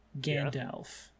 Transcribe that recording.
Gandalf